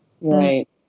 Right